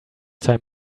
time